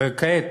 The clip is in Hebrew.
וכעת,